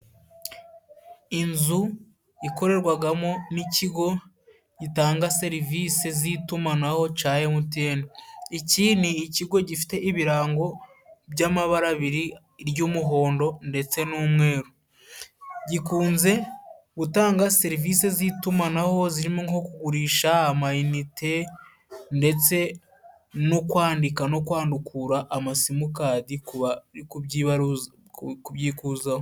Inzu ikorerwagamo n'ikigo gitanga serivisi z'itumanaho ca Emutiyeni. Iki ni ikigo gifite ibirango by'amabara abiri iry'umuhondo ndetse n'umweru. Gikunze gutanga serivisi z'itumanaho zirimo nko kugurisha amayinite, ndetse no kwandika no kwandukura amasimukadi kubari kubyikuzaho.